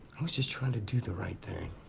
was just trying to do the right thing.